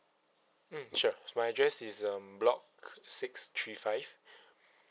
mm sure my address is um block six three five